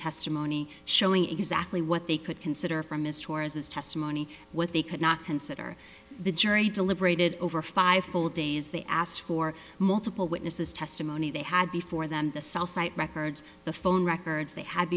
testimony showing exactly what they could consider from mr as his testimony what they could not consider the jury deliberated over five full days they asked for multiple witnesses testimony they had before them the cell site records the phone records they had